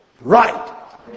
right